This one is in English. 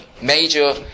major